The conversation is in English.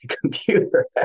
computer